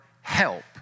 help